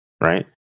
Right